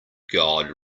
god